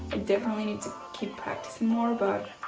ah definitely need to keep practicing more but